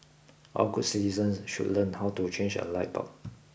all good citizens should learn how to change a light bulb